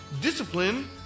discipline